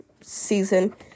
season